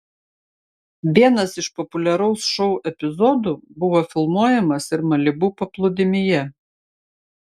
vienas iš populiaraus šou epizodų buvo filmuojamas ir malibu paplūdimyje